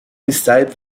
beside